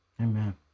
Amen